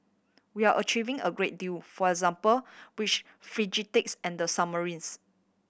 we're achieving a great deal for example which frigates and the submarines